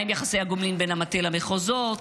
מהם יחסי הגומלין בין המטה למחוזות,